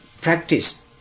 practice